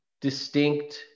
distinct